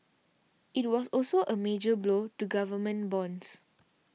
it was also a major blow to government bonds